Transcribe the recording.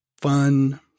fun